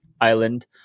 Island